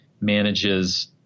manages